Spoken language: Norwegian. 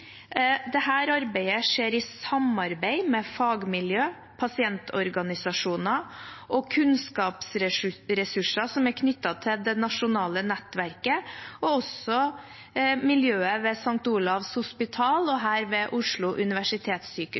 arbeidet skjer i samarbeid med fagmiljø, pasientorganisasjoner og kunnskapsressurser som er knyttet til det nasjonale nettverket og også miljøet ved St. Olavs hospital og her ved Oslo universitetssykehus.